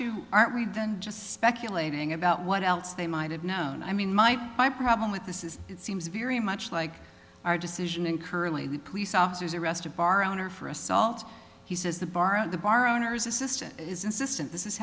you aren't worried then just speculating about what else they might have known i mean my problem with this is it seems very much like our decision and currently the police officers arrested bar owner for assault he says the bar at the bar owners assistant is insistent this is